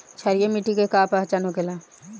क्षारीय मिट्टी के का पहचान होखेला?